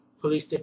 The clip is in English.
police